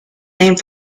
named